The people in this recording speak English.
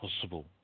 possible